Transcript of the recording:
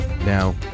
Now